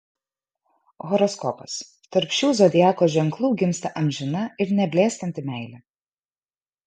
horoskopas tarp šių zodiako ženklų gimsta amžina ir neblėstanti meilė